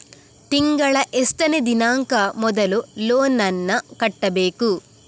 ತಿಂಗಳ ಎಷ್ಟನೇ ದಿನಾಂಕ ಮೊದಲು ಲೋನ್ ನನ್ನ ಕಟ್ಟಬೇಕು?